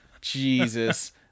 Jesus